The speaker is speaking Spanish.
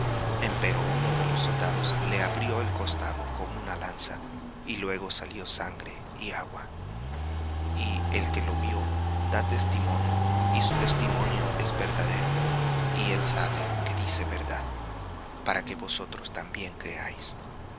piernas empero uno de los soldados le abrió el costado con una lanza y luego salió sangre y agua y el que vió da testimonio y su testimonio es verdadero y él sabe que dice verdad para que vosotros también creáis